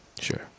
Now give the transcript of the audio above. Sure